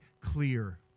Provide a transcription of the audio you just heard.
clear